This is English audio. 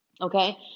okay